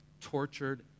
tortured